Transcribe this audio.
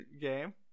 game